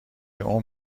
اون